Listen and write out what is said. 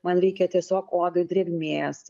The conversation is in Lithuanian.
man reikia tiesiog odai drėgmės